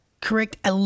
correct